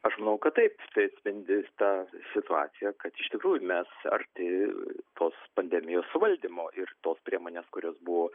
aš manau kad taip tai atspindi tą situaciją kad iš tikrųjų mes arti tos pandemijos suvaldymo ir tos priemonės kurios buvo